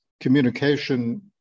communication